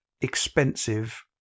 expensive